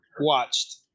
watched